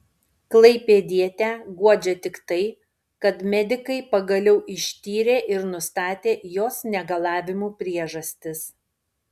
klaipėdietę guodžia tik tai kad medikai pagaliau ištyrė ir nustatė jos negalavimų priežastis